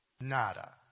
nada